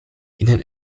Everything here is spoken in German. ihnen